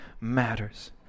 matters